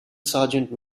sergeant